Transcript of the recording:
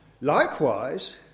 Likewise